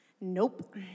Nope